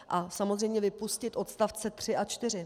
A samozřejmě vypustit odstavce 3 a 4.